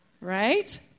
Right